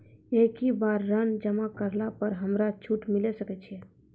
एक ही बार ऋण जमा करला पर हमरा छूट मिले सकय छै?